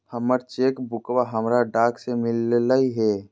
हमर चेक बुकवा हमरा डाक से मिललो हे